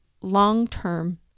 long-term